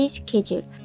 schedule